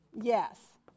Yes